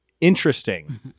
interesting